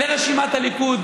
לרשימת הליכוד,